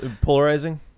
Polarizing